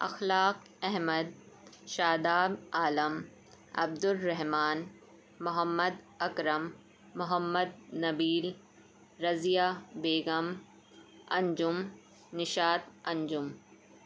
Akhlaq Ahmad Shadab Alam Abdul Rahman Mohammad Akram Mohammad Nabeel Razia Begum Anjum Nishat Anjum